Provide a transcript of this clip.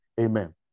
amen